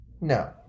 No